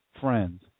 friends